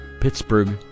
Pittsburgh